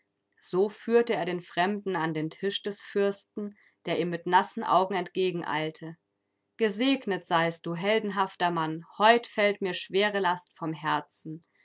so führte er den fremden an den tisch des fürsten der ihm mit nassen augen entgegeneilte gesegnet seist du heldenhafter mann heut fällt mir schwere last vom herzen